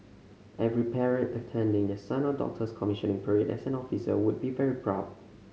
every parent attending the son or daughter's commissioning parade as an officer would be very proud